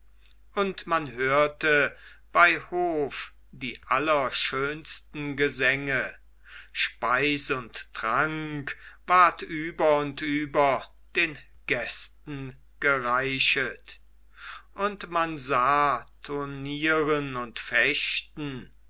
und man hörte bei hof die allerschönsten gesänge speis und trank ward über und über den gästen gereichet und man sah turnieren und fechten